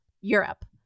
Europe